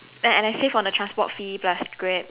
and and I save on the transport fee plus Grab